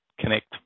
connect